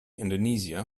indonesia